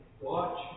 Watch